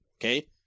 okay